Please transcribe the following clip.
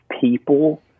people